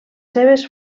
seves